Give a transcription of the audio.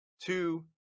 two